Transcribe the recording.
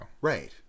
Right